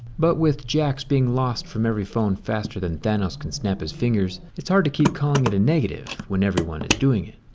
but with jacks being being lost from every phone faster than thanos can snap his fingers, it's hard to keep calling it a negative when everyone is doing it.